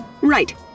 Right